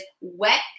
wet